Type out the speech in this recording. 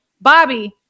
Bobby